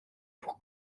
pour